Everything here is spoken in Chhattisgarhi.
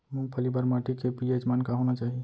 मूंगफली बर माटी के पी.एच मान का होना चाही?